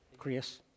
Chris